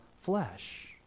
flesh